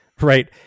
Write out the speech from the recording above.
Right